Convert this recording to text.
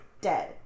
dead